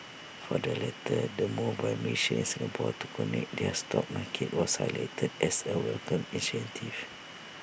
for the latter the move by Malaysia and Singapore to connect their stock markets was highlighted as A welcomed initiative